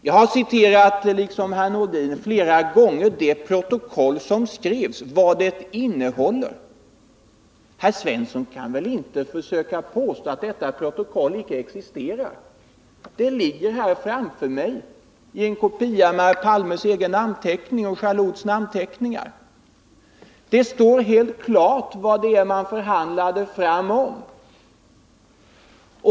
Jag har, liksom herr Nordin, flera gånger citerat innehållet i det protokoll som skrevs. Herr Svensson kan väl inte försöka påstå att detta protokoll icke existerar. Det ligger en kopia framför mig här med herr Palmes och premiärminister Jallouds egna namnteckningar. Där står helt klart vad man förhandlade om.